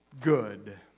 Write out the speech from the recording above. good